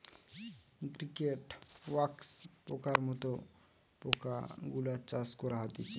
cricket, wax পোকার মত পোকা গুলার চাষ করা হতিছে